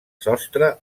sostre